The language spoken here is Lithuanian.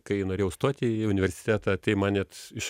kai norėjau stoti į universitetą tai man net iš